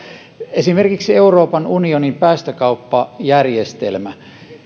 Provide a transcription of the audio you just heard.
esimerkiksi euroopan unionin päästökauppajärjestelmä